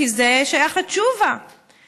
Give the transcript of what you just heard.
כי זה שייך לתשובה,